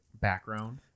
background